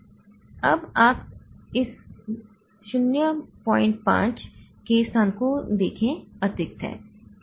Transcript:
1 अब आप इस 05 K स्थान को देखें अतिरिक्त है